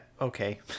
okay